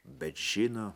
bet žino